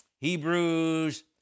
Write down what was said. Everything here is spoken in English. Hebrews